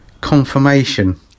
confirmation